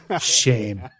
Shame